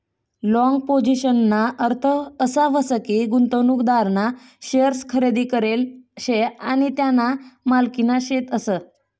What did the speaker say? long पोझिशनना अर्थ असा व्हस की, गुंतवणूकदारना शेअर्स खरेदी करेल शे आणि त्या त्याना मालकीना शेतस